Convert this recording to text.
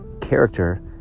Character